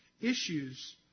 Issues